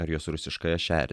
ar jos rusiškąją šerdį